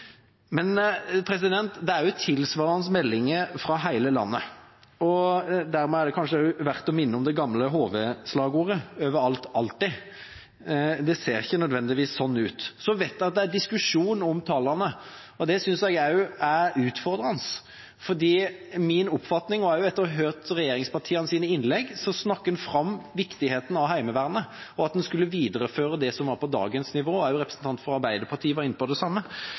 Det er tilsvarende meldinger fra hele landet. Dermed er det kanskje også verdt å minne om det gamle HV-slagordet: Over alt – Alltid! Det ser ikke nødvendigvis sånn ut. Så vet jeg at det er diskusjon om tallene. Det synes jeg også er utfordrende, fordi min oppfatning, også etter å ha hørt regjeringspartienes innlegg, er at en snakker fram viktigheten av Heimevernet, og at en skulle videreføre det som var på dagens nivå – også representanten fra Arbeiderpartiet var inne på det samme.